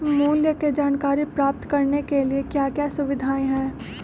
मूल्य के जानकारी प्राप्त करने के लिए क्या क्या सुविधाएं है?